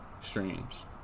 streams